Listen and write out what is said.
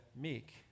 meek